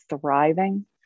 thriving